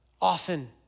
often